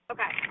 Okay